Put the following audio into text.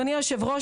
אדוני היושב ראש,